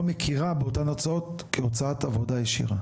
מכירה באותן הוצאות כהוצאת עבודה ישירה.